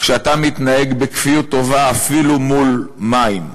כשאתה מתנהג בכפיות טובה אפילו מול מים,